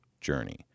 journey